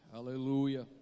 Hallelujah